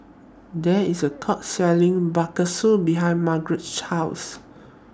There IS A Food Court Selling Bakso behind Margeret's House